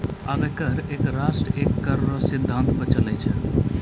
अबै कर एक राष्ट्र एक कर रो सिद्धांत पर चलै छै